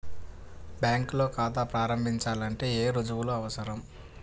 బ్యాంకులో ఖాతా ప్రారంభించాలంటే ఏ రుజువులు అవసరం?